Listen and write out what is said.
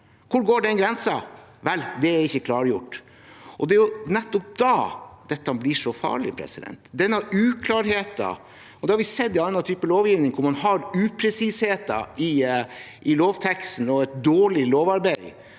Hvor går den grensen? Det er ikke klargjort. Det er nettopp da dette blir så farlig, denne uklarheten, og det har vi sett også i annen type lovgivning. Der man har upresisheter i lovteksten og et dårlig lovarbeid,